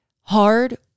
hard